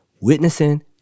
witnessing